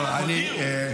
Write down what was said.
כדי להשיב את האמון,